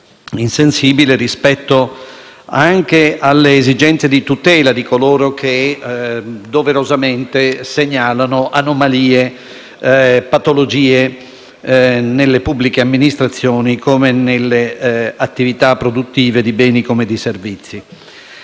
insensibile rispetto all'esigenze di tutela di coloro che - doverosamente - segnalano anomalie e patologie nelle pubbliche amministrazioni, così come nelle attività produttive di beni e servizi.